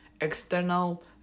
external